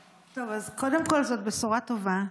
טוב, אז קודם כול, זו בשורה טובה.